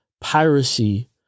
piracy